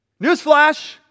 Newsflash